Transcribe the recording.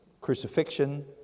crucifixion